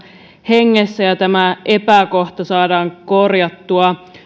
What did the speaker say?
hengessä ja tämä epäkohta saadaan korjattua